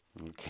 Okay